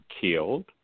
killed